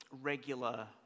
regular